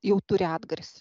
jau turi atgarsį